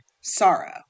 sorrow